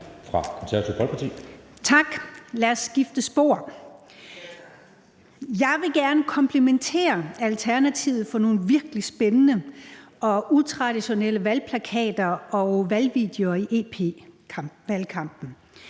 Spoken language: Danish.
Tak. Lad os skifte spor. Jeg vil gerne komplimentere Alternativet for nogle virkelig spændende og utraditionelle valgplakater og valgvideoer til